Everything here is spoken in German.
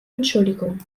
entschuldigung